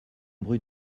brut